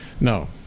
no